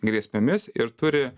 grėsmėmis ir turi